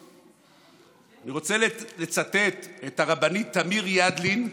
אני רוצה לצטט את הרבנית רותם ידלין,